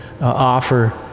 offer